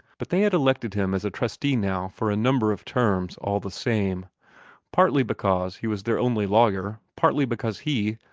but they had elected him as a trustee now for a number of terms, all the same partly because he was their only lawyer, partly because he,